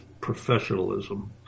professionalism